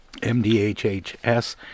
MDHHS